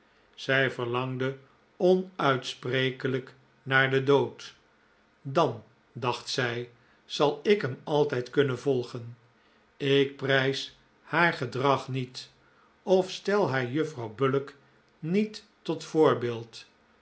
zij verlangde onuitsprekelijk naar den dood dan dacht zij zal ik hem altijd kunnen volgen ik prijs haar gedrag niet of stel haar juffrouw bullock niet tot voorbeeld